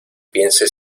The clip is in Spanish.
piense